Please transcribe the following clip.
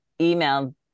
email